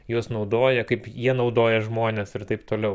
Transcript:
juos naudoja kaip jie naudoja žmones ir taip toliau